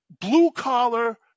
blue-collar